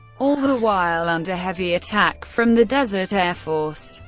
all the while under heavy attack from the desert air force.